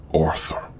Arthur